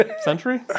century